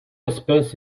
espèce